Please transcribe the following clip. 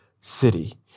city